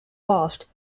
past